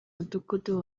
mudugudu